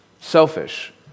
selfish